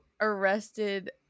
arrested